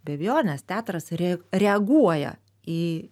be abejonės teatras re reaguoja į